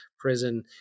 prison